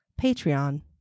Patreon